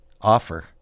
offer